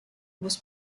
was